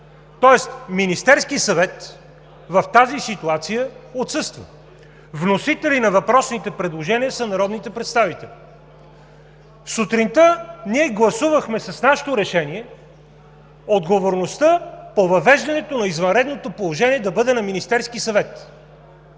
Тоест Министерският съвет в тази ситуация отсъства. Вносители на въпросните предложения са народните представители. Сутринта ние гласувахме с нашето решение отговорността по въвеждането на извънредното положение да бъде на Министерския съвет.